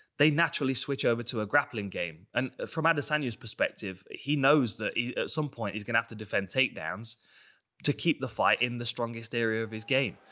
they naturally switch over to a grappling game. and from adesanya's perspective, he knows at some point he's gonna have to defend takedowns to keep the fight in the strongest area of his game.